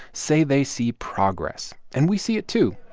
say they see progress, and we see it, too.